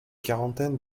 quarantaine